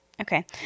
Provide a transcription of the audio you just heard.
Okay